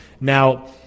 Now